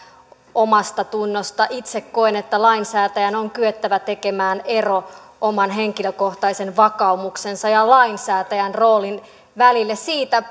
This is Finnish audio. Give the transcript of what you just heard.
omastatunnosta itse koen että lainsäätäjän on kyettävä tekemään ero oman henkilökohtaisen vakaumuksensa ja lainsäätäjän roolin välillä siitä